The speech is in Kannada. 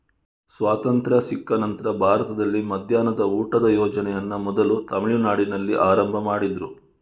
ಸ್ವಾತಂತ್ರ್ಯ ಸಿಕ್ಕ ನಂತ್ರ ಭಾರತದಲ್ಲಿ ಮಧ್ಯಾಹ್ನದ ಊಟದ ಯೋಜನೆಯನ್ನ ಮೊದಲು ತಮಿಳುನಾಡಿನಲ್ಲಿ ಆರಂಭ ಮಾಡಿದ್ರು